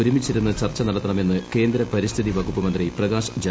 ഒരുമിച്ചിരുന്ന് ചർച്ച നടത്തണമെന്ന് കേന്ദ്ര പരിസ്ഥിതി വകുപ്പ് മന്ത്രി പ്രകാശ് ജാവദേക്കർ